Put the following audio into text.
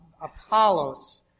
Apollos